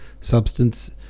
Substance